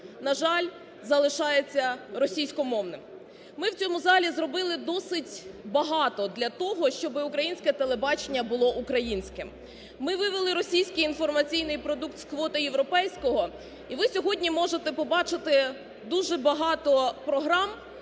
на жаль, залишається російськомовним. Ми в цьому залі зробили досить багато для того, щоб українське телебачення було українським. Ми вивели російський інформаційний продукт з квоти європейського і ви сьогодні можете побачити дуже багато програм,